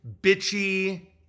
bitchy